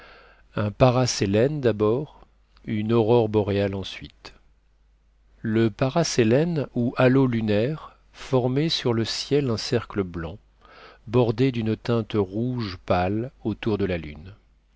un parasélène d'abord une aurore boréale ensuite le parasélène ou halo lunaire formait sur le ciel un cercle blanc bordé d'une teinte rouge pâle autour de la lune